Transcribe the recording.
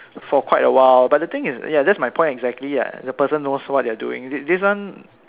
for quite awhile but the thing is ya that's my point exactly lah the person knows what they're doing this this one